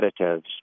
additives